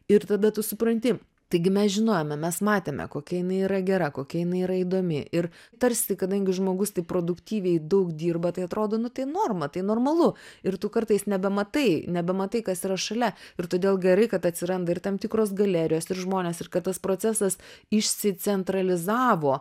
ir tada tu supranti taigi mes žinojome mes matėme kokia jinai yra gera kokia jinai yra įdomi ir tarsi kadangi žmogus taip produktyviai daug dirba tai atrodo nu tai norma tai normalu ir tu kartais nebematai nebematai kas yra šalia ir todėl gerai kad atsiranda ir tam tikros galerijos ir žmonės ir kad tas procesas išsicentralizavo